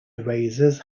erasers